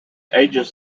ages